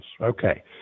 okay